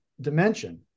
dimension